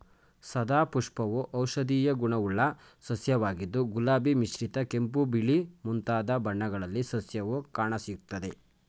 ಸದಾಪುಷ್ಪವು ಔಷಧೀಯ ಗುಣವುಳ್ಳ ಸಸ್ಯವಾಗಿದ್ದು ಗುಲಾಬಿ ಮಿಶ್ರಿತ ಕೆಂಪು ಬಿಳಿ ಮುಂತಾದ ಬಣ್ಣಗಳಲ್ಲಿ ಸಸ್ಯವು ಕಾಣಸಿಗ್ತದೆ